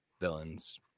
villains